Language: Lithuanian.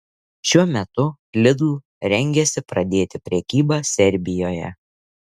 šiuo metu lidl rengiasi pradėti prekybą serbijoje